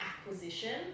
acquisition